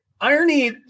irony